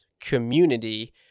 community